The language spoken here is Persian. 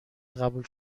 قبول